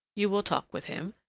you will talk with him,